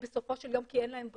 בסופו של יום, כי אין להם ברירה.